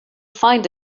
find